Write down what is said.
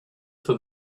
for